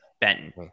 Benton